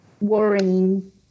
worrying